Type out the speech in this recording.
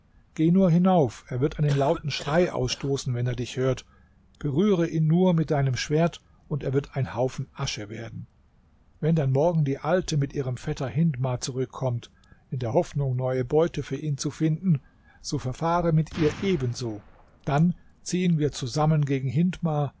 geh nur hinauf er wird einen lauten schrei ausstoßen wenn er dich hört berühre ihn nur mit deinem schwert und er wird ein haufen asche werden wenn dann morgen die alte mit ihrem vetter hindmar zurückkommt in der hoffnung neue beute für ihn zu finden so verfahre mit ihr ebenso dann ziehen wir zusammen gegen hindmar